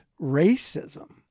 racism